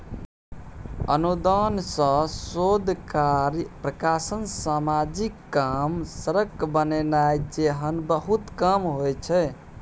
अनुदान सँ शोध कार्य, प्रकाशन, समाजिक काम, सड़क बनेनाइ जेहन बहुते काम होइ छै